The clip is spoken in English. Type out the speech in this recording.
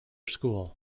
school